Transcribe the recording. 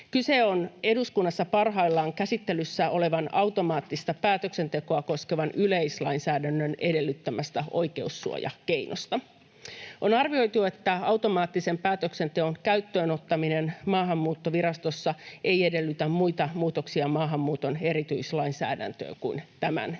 Kyse on eduskunnassa parhaillaan käsittelyssä olevan automaattista päätöksentekoa koskevan yleislainsäädännön edellyttämästä oikeussuojakeinosta. On arvioitu, että automaattisen päätöksenteon käyttöönottaminen Maahanmuuttovirastossa ei edellytä muita muutoksia maahanmuuton erityislainsäädäntöön kuin tämän nyt esittelyssä